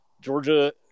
Georgia